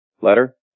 letter